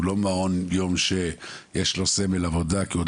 הוא לא מעון יום שיש לו סמל עבודה כי הוא עוד